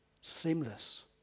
Seamless